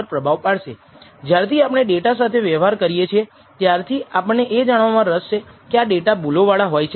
આ તમને આપવામાં આવેલા ડેટાના નમૂનામાંથી ડેટામાંથી પ્રાપ્ત થાય છે